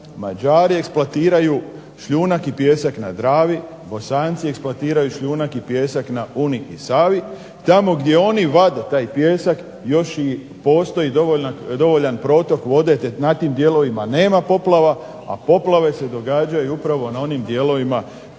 Mađari eksploatiraju šljunak i pijesak na Dravi, Bosanci eksploatiraju šljunak i pijesak na Uni i Savi. Tamo gdje oni vade taj pijesak još i postoji dovoljan protok vode ta na tim dijelovima nema poplava, a poplave se događaju upravo na onim dijelovima koje